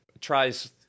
tries